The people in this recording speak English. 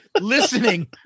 listening